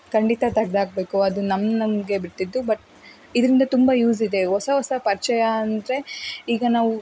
ಖಂಡಿತ ತೆಗ್ದಾಕ್ಬೇಕು ಅದು ನಮ್ಮ ನಮಗೆ ಬಿಟ್ಟಿದ್ದು ಬಟ್ ಇದರಿಂದ ತುಂಬ ಯೂಸ್ ಇದೆ ಹೊಸ ಹೊಸ ಪರಿಚಯ ಅಂದರೆ ಈಗ ನಾವು